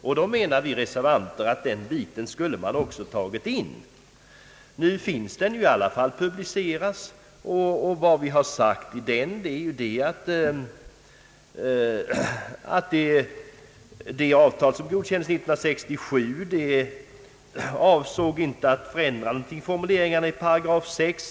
Därför menar vi reservanter att det yttrandet borde ha tagits med. Det finns nu publicerat i reservationen, och vi har anfört att man med det avtal som godkändes 1967 inte avsåg att göra någon som helst ändring i fråga om paragraf 6.